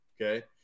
okay